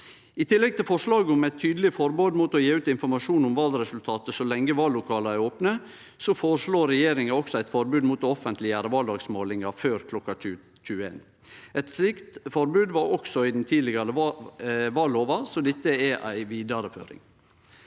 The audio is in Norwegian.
I tillegg til forslaget om eit tydeleg forbod mot å gje ut informasjon om valresultatet så lenge vallokala er opne, føreslår regjeringa eit forbod mot å offentleggjere valdagsmålingar før kl. 21. Eit slikt forbod var det også i den tidlegare vallova, så dette er ei vidareføring.